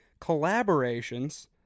collaborations